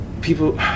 people